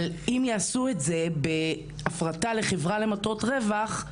אבל אם יעשו את זה בהפרטה לחברה למטרות רווח,